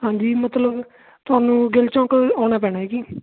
ਹਾਂਜੀ ਮਤਲਬ ਤੁਹਾਨੂੰ ਗਿੱਲ ਚੌਕ ਆਉਣਾ ਪੈਣਾ ਜੀ